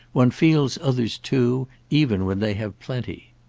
one feels others too, even when they have plenty.